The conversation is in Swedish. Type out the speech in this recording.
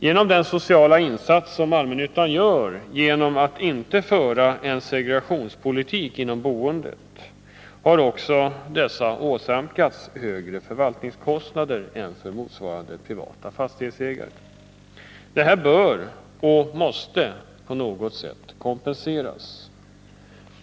Genom den sociala insats som allmännyttan gör genom att inte föra en segregationspolitik inom boendet har denna åsamkats högre förvaltningskostnader än för motsvarande privata fastighetsägare. Detta bör och måste på något sätt kompenseras.